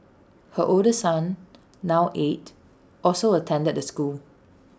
her older son now eight also attended the school